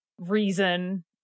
reason